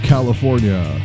California